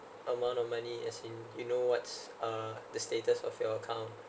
amount of money as in you know what's uh the status of your account